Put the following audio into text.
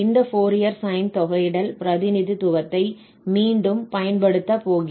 இந்த Fourier sine தொகையிடல் பிரதிநிதித்துவத்தை மீண்டும் பயன்படுத்தப் போகிறோம்